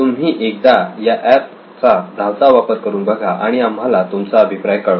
तुम्ही एकदा या एप चा धावता वापर करून बघा आणि आम्हाला तुमचा अभिप्राय कळवा